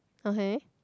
okay